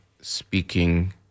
speaking